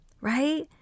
right